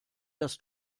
das